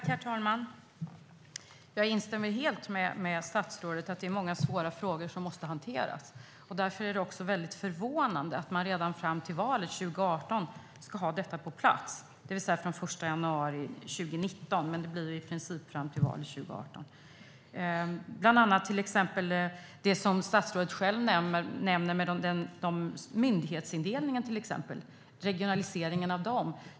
Herr talman! Jag instämmer helt med statsrådet i att det är många svåra frågor som måste hanteras. Därför är det väldigt förvånande att man redan till valet 2018 ska ha detta på plats - eller rättare sagt den 1 januari 2019, men det är i princip detsamma som valet 2018. Statsrådet tar själv upp myndigheternas indelningar och regionaliseringar.